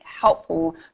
helpful